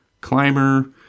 climber